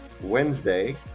Wednesday